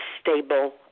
stable